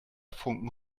funken